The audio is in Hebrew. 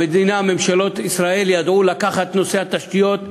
המדינה, ממשלות ישראל, ידעו לקחת את נושא התשתיות,